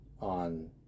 on